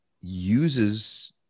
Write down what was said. uses